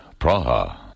Praha